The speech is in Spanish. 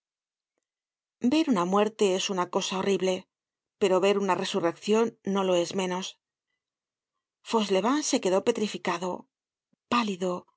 ver una muerte es una cosa horrible pero ver una resurreccion no lo es menos fauchelevent se quedó petrificado pálido